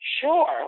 Sure